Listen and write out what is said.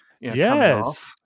yes